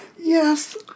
Yes